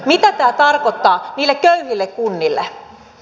mitä tämä tarkoittaa niille köyhille kunnille